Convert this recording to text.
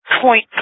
point